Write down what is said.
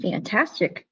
Fantastic